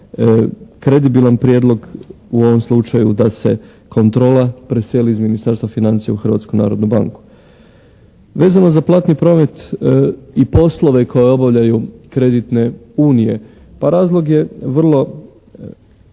kredibilan prijedlog u ovom slučaju da se kontrola preseli iz Ministarstva financija u Hrvatsku narodnu banku. Vezano za platni prometi poslove koje obavljaju kreditne unije, pa razlog je vrlo